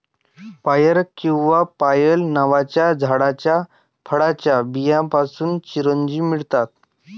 पायर किंवा पायल नावाच्या झाडाच्या फळाच्या बियांपासून चिरोंजी मिळतात